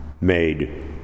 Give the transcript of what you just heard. Made